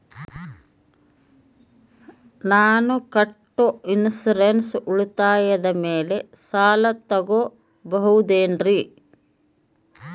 ನಾನು ಕಟ್ಟೊ ಇನ್ಸೂರೆನ್ಸ್ ಉಳಿತಾಯದ ಮೇಲೆ ಸಾಲ ತಗೋಬಹುದೇನ್ರಿ?